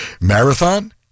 Marathon